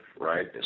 right